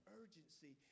urgency